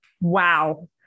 Wow